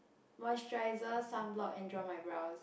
Moisturiser sunblock and draw my brows